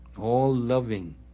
all-loving